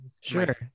Sure